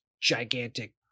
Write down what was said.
gigantic